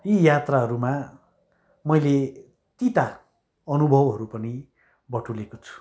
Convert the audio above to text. यी यात्राहरूमा मैले तिता अनुभवहरू पनि बटुलेको छु